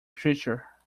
creature